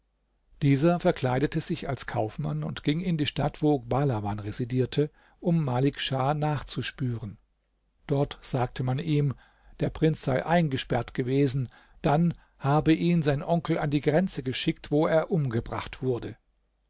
dieser verkleidete sich als kaufmann und ging in die stadt wo bahlawan residierte um malik schah nachzuspüren dort sagte man ihm der prinz sei eingesperrt gewesen dann habe ihn sein onkel an die grenze geschickt wo er umgebracht wurde